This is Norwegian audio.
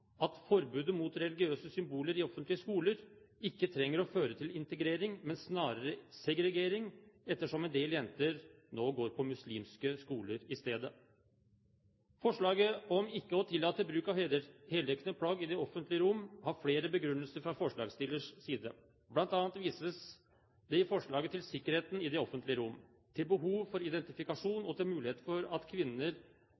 at forbudet mot religiøse symboler i offentlige skoler ikke trenger å føre til integrering, men snarere til segregering, ettersom en del jenter nå går på muslimske skoler isteden. Forslaget om ikke å tillate bruk av heldekkende plagg i det offentlige rom har flere begrunnelser fra forslagsstillernes side. Blant annet vises det i forslaget til sikkerheten i det offentlige rom, til behovet for